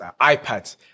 iPad